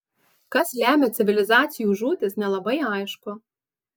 kas lemia civilizacijų žūtis nelabai aišku